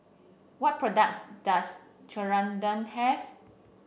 what products does have